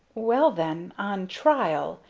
well, then, on trial,